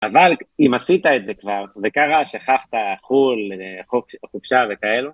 אבל אם עשית את זה כבר וקרה, שכחת חו"ל, חופשה וכאלה...